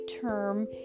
term